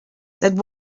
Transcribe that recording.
said